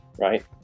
right